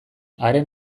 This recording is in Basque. haren